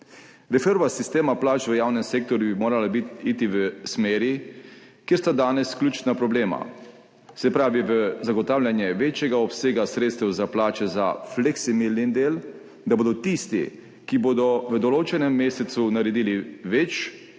Reforma sistema plač v javnem sektorju bi morala iti v smeri, kjer sta danes ključna problema – v zagotavljanje večjega obsega sredstev za plače za fleksibilni del, da bodo tisti, ki bodo v določenem mesecu naredili več,